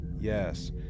Yes